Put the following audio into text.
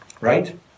right